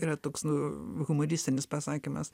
yra toks nu humoristinis pasakymas